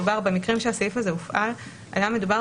במקרים שהסעיף הזה הופעל היה מדובר